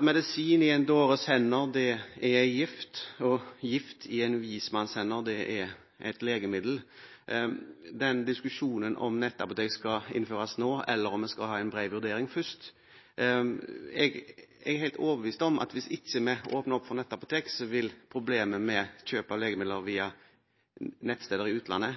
Medisin i en dåres hender er gift, og gift i en vismanns hender er et legemiddel. Når det gjelder diskusjonen om hvorvidt nettapotek skal innføres nå eller om vi skal ha en bred vurdering først, er jeg helt overbevist om at hvis vi ikke åpner opp for nettapotek, vil problemet med kjøp av legemidler via nettsteder i utlandet